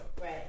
Right